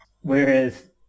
Whereas